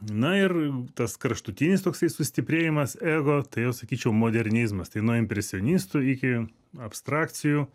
na ir tas kraštutinis toksai sustiprėjimas ego tai jau sakyčiau modernizmas tai nuo impresionistų iki abstrakcijų